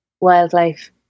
wildlife